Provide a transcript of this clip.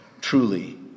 Truly